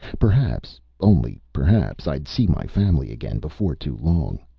perhaps only perhaps i'd see my family again before too long.